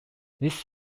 this